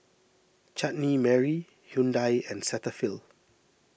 Chutney Mary Hyundai and Cetaphil